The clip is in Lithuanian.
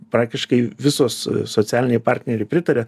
praktiškai visos socialiniai partneriai pritaria